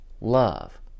love